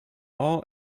all